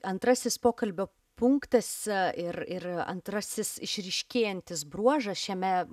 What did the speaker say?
antrasis pokalbio punktas ir ir antrasis išryškėjantis bruožas šiame